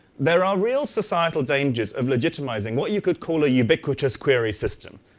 there are real societal dangers of legit i mizeing what you could call a ubiquitous query system.